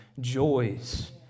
joys